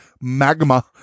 magma